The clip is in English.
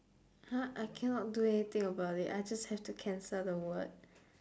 !huh! I cannot do anything about it I just have to cancel the word